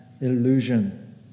illusion